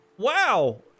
Wow